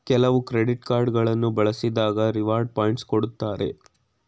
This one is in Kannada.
ಕೆಲವು ಕ್ರೆಡಿಟ್ ಕಾರ್ಡ್ ಗಳನ್ನು ಬಳಸಿದಾಗ ರಿವಾರ್ಡ್ ಪಾಯಿಂಟ್ಸ್ ಕೊಡ್ತಾರೆ